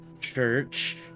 church